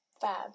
fab